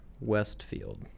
Westfield